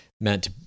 meant